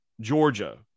georgia